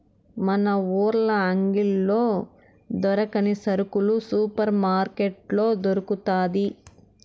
మన ఊర్ల అంగిల్లో దొరకని సరుకు సూపర్ మార్కట్లో దొరకతాది